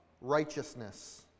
righteousness